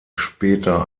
später